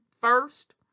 first